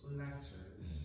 letters